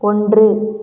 ஒன்று